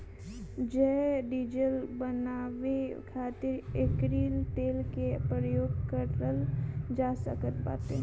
जैव डीजल बानवे खातिर एकरी तेल के प्रयोग कइल जा सकत बाटे